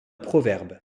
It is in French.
proverbe